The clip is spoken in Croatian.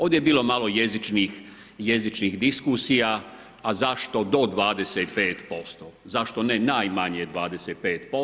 Ovdje je bilo malo jezičnih diskusija a zašto do 25%, zašto ne najmanje 25%